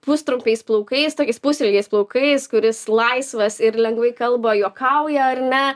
pustrumpiais plaukais tokiais pusilgiais plaukais kuris laisvas ir lengvai kalba juokauja ar ne